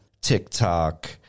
TikTok